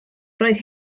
roedd